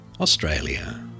Australia